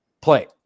play